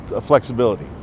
Flexibility